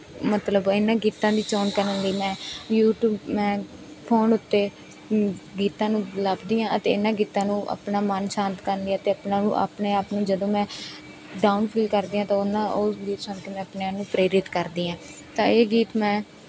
ਮਤਲਬ ਇਹਨਾਂ ਗੀਤਾਂ ਦੀ ਚੋਣ ਕਰਨ ਲਈ ਮੈਂ ਯੂਟੀਊਬ ਮੈਂ ਫੋਨ ਉੱਤੇ ਗੀਤਾਂ ਨੂੰ ਲੱਭਦੀ ਹਾਂ ਅਤੇ ਇਹਨਾਂ ਗੀਤਾਂ ਨੂੰ ਆਪਣਾ ਮਨ ਸ਼ਾਂਤ ਕਰਨ ਲਈ ਅਤੇ ਆਪਣਾ ਆਪਣੇ ਆਪ ਨੂੰ ਜਦੋਂ ਮੈਂ ਡਾਊਨ ਫੀਲ ਕਰਦੀ ਹਾਂ ਤਾਂ ਉਹਨਾਂ ਉਹ ਗੀਤ ਸੁਣ ਕੇ ਮੈਂ ਆਪਣੇ ਆਪ ਨੂੰ ਪ੍ਰੇਰਿਤ ਕਰਦੀ ਹਾਂ ਤਾਂ ਇਹ ਗੀਤ ਮੈਂ